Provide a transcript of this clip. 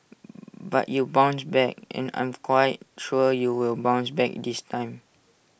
but you bounced back and I'm quite sure you will bounce back this time